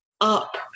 up